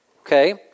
Okay